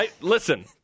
Listen